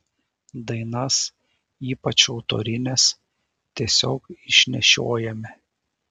dainas ypač autorines tiesiog išnešiojame